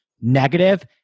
negative